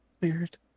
weird